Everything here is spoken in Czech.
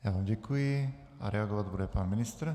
Já vám děkuji a reagovat bude pan ministr.